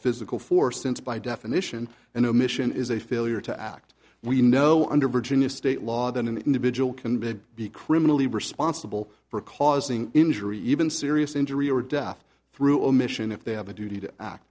physical force since by definition an omission is a failure to act we know under virginia state law then an individual can bid be criminally responsible for causing injury even serious injury or death through omission if they have a duty to act